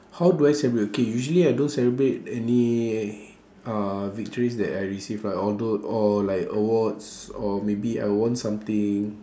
how do I celebrate okay usually I don't celebrate any uh victories that I received like although or like awards or maybe I won something